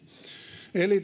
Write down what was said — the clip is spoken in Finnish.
eli